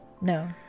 no